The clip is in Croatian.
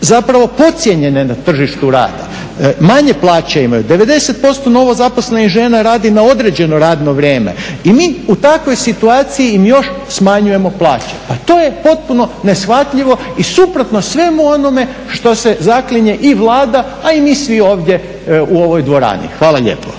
zapravo podcijenjene na tržištu rada, manje plaće imaju. 90% novozaposlenih žena radi na određeno radno vrijeme. I mi u takvoj situaciji im još smanjujemo plaće. Pa to je potpuno neshvatljivo i suprotno svemu onome što se zaklinje i Vlada, a i mi svi ovdje u ovoj dvorani. Hvala lijepo.